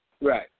Right